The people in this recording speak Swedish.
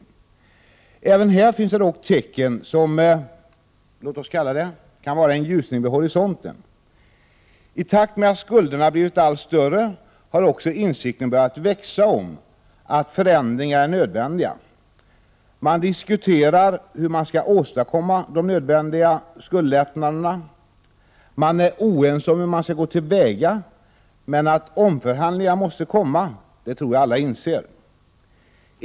Även i detta sammanhang finns det dock tecken som man kan kalla en ljusning vid horisonten. I takt med att skulderna blivit allt större har också en insikt börjat växa fram om att förändringar är nödvändiga. Man diskuterar hur man skall åstadkomma den nödvändiga skuldlättnaden. Man är oense om hur man skall gå till väga, men att omförhandlingar måste ske tror jag alla inser.